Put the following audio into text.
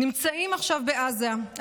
נמצאים עכשיו בעזה,